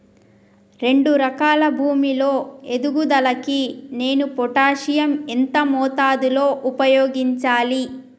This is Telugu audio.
రెండు ఎకరాల భూమి లో ఎదుగుదలకి నేను పొటాషియం ఎంత మోతాదు లో ఉపయోగించాలి?